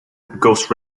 ghost